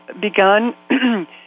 begun